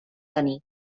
tenir